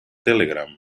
telegram